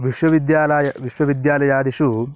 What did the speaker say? विश्वविद्यालयः विश्वविद्यालयादिषु